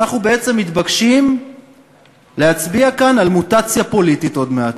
אנחנו בעצם מתבקשים להצביע כאן על מוטציה פוליטית עוד מעט.